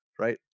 Right